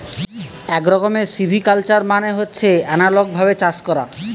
এক রকমের সিভিকালচার মানে হচ্ছে এনালগ ভাবে চাষ করা